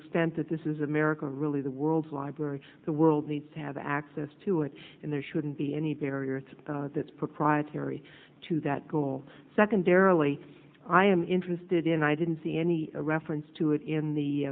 extent that this is america really the world's library the world needs to have access to it and there shouldn't be any barrier that's proprietary to that goal secondarily i am interested in i didn't see any reference to it in the